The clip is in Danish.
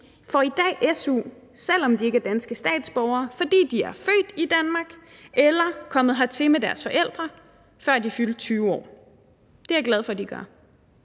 får i dag su, selv om de ikke er danske statsborgere, og det gør de, fordi de er født i Danmark eller er kommet hertil med deres forældre, før de fyldte 20 år. Det er jeg glad for at de gør,